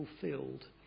fulfilled